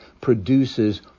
produces